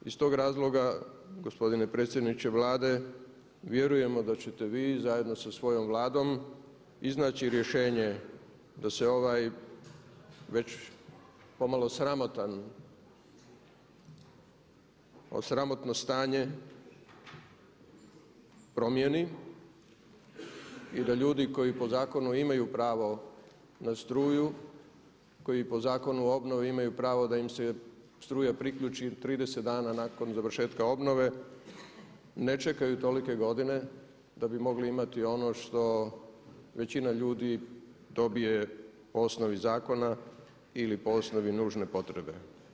Iz tog razloga, gospodine predsjedniče Vlade, vjerujemo da ćete vi zajedno sa svojom Vladom iznaći rješenje da se ovaj već pomalo sramotan, sramotno stanje promijeni i da ljudi koji po zakonu imaju pravo na struju, koji po zakonu obnove imaju pravo da im se struja priključi 30 dana nakon završetka obnove ne čekaju tolike godine da bi mogli imati ono što većina ljudi dobije po osnovi zakona ili po osnovi nužne potrebe.